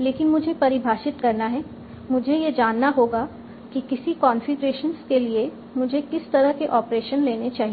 लेकिन मुझे परिभाषित करना है मुझे यह जानना होगा कि किसी कंफीग्रेशंस के लिए मुझे किस तरह के ऑपरेशन लेने चाहिए